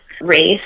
race